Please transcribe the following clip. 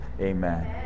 Amen